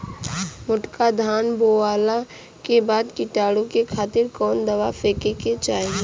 मोटका धान बोवला के बाद कीटाणु के खातिर कवन दावा फेके के चाही?